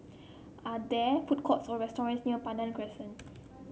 are there food courts or restaurants near Pandan Crescent